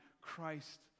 Christ